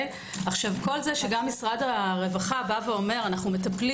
עם כל זה שמשרד הרווחה אומר: אנו מטפלים